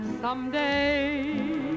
someday